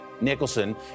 Nicholson